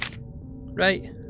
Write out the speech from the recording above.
Right